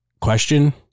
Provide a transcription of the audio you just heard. question